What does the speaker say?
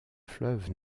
fleuve